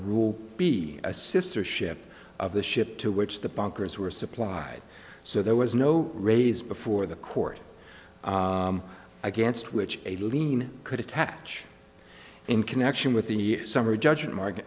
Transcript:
rule be a sister ship of the ship to which the bankers were supplied so there was no raise before the court against which a lien could attach in connection with the summary judgment market